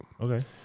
Okay